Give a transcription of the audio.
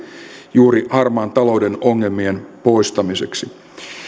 juuri harmaan talouden ongelmien poistamiseksi